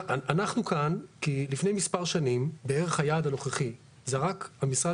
אנחנו כאן כי לפני מספר שנים בערך היעד הנוכחי זרק המשרד